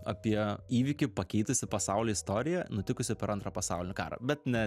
apie įvykį pakeitusį pasaulio istoriją nutikusiu per antrą pasaulinį karą bet ne